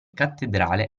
cattedrale